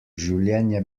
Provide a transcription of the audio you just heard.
življenje